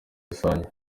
rusange